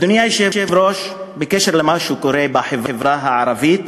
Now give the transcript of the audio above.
אדוני היושב-ראש, בקשר למה שקורה בחברה הערבית,